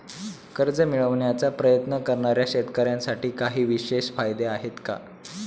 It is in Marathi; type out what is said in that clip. कर्ज मिळवण्याचा प्रयत्न करणाऱ्या शेतकऱ्यांसाठी काही विशेष फायदे आहेत का?